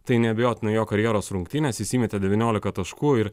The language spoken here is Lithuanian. tai neabejotinai jo karjeros rungtynes jis įmetė devyniolika taškų ir